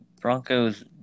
Broncos